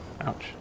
ouch